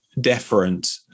deferent